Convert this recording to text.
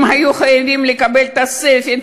הם היו חייבים לקבל תוספת.